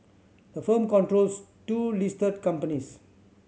the firm controls two listed companies